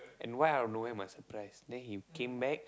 and why out of nowhere must surprise then he came back